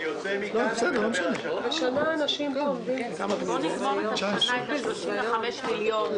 אני עובר להצבעה על בקשה מס' 20-029 של משרד החינוך.